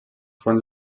fons